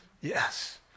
yes